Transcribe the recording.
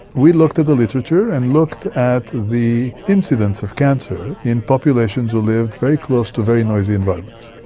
we looked at the literature and looked at the incidence of cancer in populations who lived very close to very noisy environments,